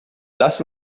lass